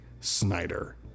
Snyder